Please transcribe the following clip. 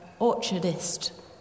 orchardist